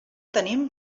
tenim